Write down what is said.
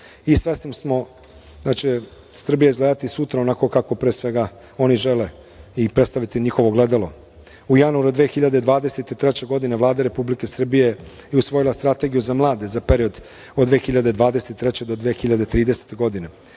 i svesni smo da će Srbija izgledati sutra onako kako pre svega oni žele i predstaviti njihovo ogledalo.U januaru 2023. godine Vlada Republike Srbije je usvojila Strategiju za mlade za period od 2023. do 2030. godine,